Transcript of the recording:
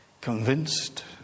convinced